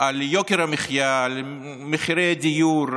על יוקר המחיה, על מחירי הדיור,